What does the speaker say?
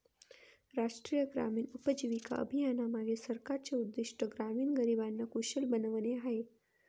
राष्ट्रीय ग्रामीण उपजीविका अभियानामागे सरकारचे उद्दिष्ट ग्रामीण गरिबांना कुशल बनवणे आहे